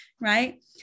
right